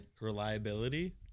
reliability